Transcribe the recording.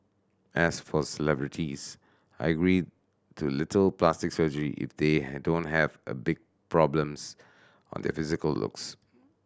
as for celebrities I agree to little plastic surgery if they had don't have a big problems on their physical looks